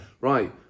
Right